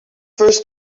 first